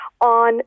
on